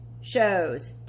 shows